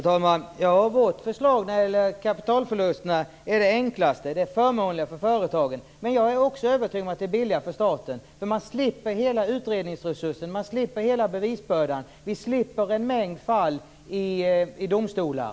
Herr talman! Vårt förslag när det gäller kapitalförlusterna är det enklaste. Det är förmånligare för företagen, och jag är också övertygad om att det är billigare för staten. Man slipper använda hela utredningsresursen, man slipper hela bevisbördan och man slipper en mängd fall i domstolar.